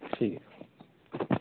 ठीक ऐ